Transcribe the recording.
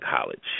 college